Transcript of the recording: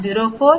83 1